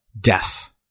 Death